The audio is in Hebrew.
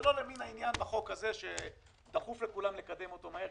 זה לא למין העניין החוק הזה שדחוף לכולם לקדם אותו מהר,